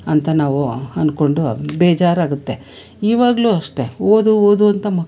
ಅಂತ ನಾವು ಅಂದ್ಕೊಂಡು ಬೇಜಾರಾಗುತ್ತೆ ಇವಾಗಲು ಅಷ್ಟೇ ಓದು ಓದು ಅಂತ